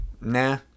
nah